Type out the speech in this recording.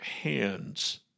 hands